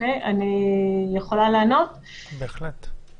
רוצה בעניין הזה להגיד,